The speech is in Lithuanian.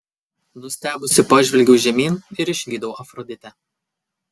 nustebusi pažvelgiau žemyn ir išvydau afroditę